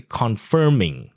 confirming